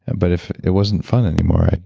and but if it wasn't fun anymore,